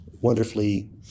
wonderfully